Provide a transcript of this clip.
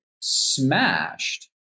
smashed